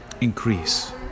increase